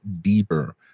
deeper